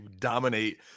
dominate